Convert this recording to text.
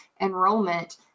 enrollment